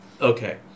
Okay